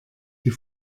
die